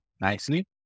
nicely